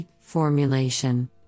formulation